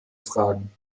fragen